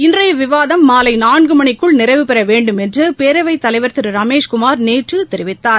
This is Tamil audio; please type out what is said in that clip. இன்றைய விவாதம் மாலை நான்கு மணிக்குள் நிறைவுபெற வேண்டுமென்று பேரவைத் தலைவர் திரு ரமேஷ்குமார் நேற்று தெரிவித்தார்